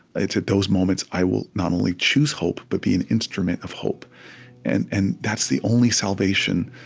it's at those moments i will not only choose hope, but be an instrument of hope and and that's the only salvation